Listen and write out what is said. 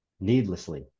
needlessly